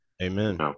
Amen